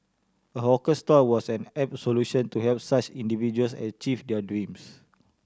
a hawker stall was an apt solution to help such individuals achieve their dreams